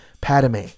Padme